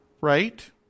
right